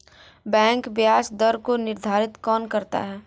Bank ब्याज दर को निर्धारित कौन करता है?